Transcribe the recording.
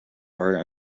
are